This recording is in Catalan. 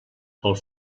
pel